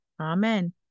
Amen